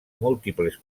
múltiples